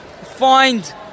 find